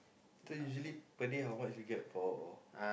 so usually per day how much you get for